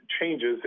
changes